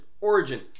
origin